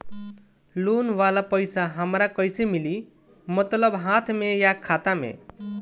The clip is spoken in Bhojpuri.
लोन वाला पैसा हमरा कइसे मिली मतलब हाथ में या खाता में?